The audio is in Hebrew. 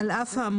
"על אף האמור,